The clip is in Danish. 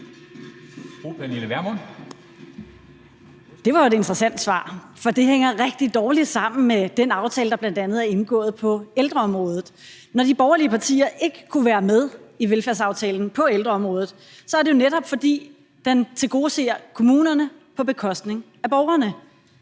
Det var et interessant svar, for det hænger rigtig dårligt sammen med den aftale, der bl.a. er indgået på ældreområdet. Når de borgerlige partier ikke kunne være med i velfærdsaftalen på ældreområdet, er det jo netop, fordi den tilgodeser kommunerne på bekostning af borgerne.